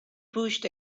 pushed